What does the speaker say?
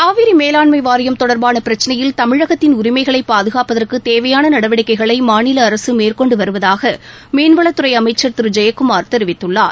காவிரி மேலாண்மை வாரியம் தொடர்பான பிரச்சினையில் தமிழகத்தின் உரிமைகளை பாதுகாப்பதற்குத் தேவையான நடவடிக்கைகளை மாநில அரசு மேற்கொண்டு வருவதாக மீன்வளத்துறை அமைச்சர் திரு டி ஜெயக்குமார் தெரிவித்துள்ளார்